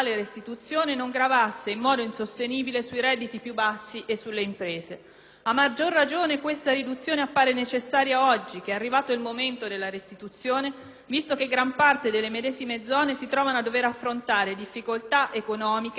A maggior ragione questa riduzione appare necessaria oggi, che è arrivato il momento della restituzione, visto che gran parte delle medesime zone si trovano a dover affrontare difficoltà economiche legate allo stato di crisi di importanti imprese industriali insediate in quei territori.